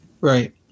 Right